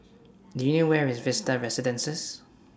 Do YOU know Where IS Vista Residences